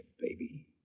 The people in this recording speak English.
baby